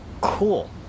Cool